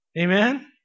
amen